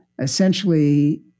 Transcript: Essentially